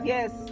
Yes